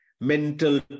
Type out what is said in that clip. mental